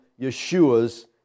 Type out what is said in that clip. Yeshua's